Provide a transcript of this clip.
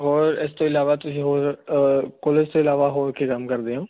ਔਰ ਇਸ ਤੋਂ ਇਲਾਵਾ ਤੁਸੀਂ ਹੋਰ ਪੁਲਿਸ ਤੋਂ ਇਲਾਵਾ ਹੋਰ ਕੋਈ ਕੰਮ ਕਰਦੇ ਹੋ